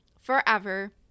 forever